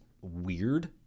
weird